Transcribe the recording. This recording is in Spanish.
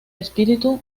espíritu